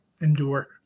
endure